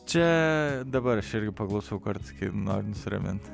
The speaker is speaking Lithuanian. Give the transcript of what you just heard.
čia dabar irgi paklausau kartais kai noriu nusiramint